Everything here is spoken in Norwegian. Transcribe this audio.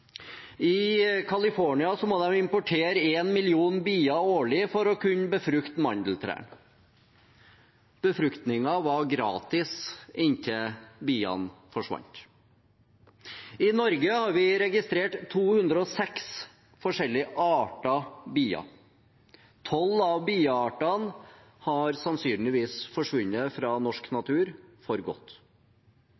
må de importere én million bier årlig for å kunne befrukte mandeltrærne. Befruktningen var gratis inntil biene forsvant. I Norge har vi registrert 206 forskjellige arter av bier. Tolv av bieartene har sannsynligvis forsvunnet fra norsk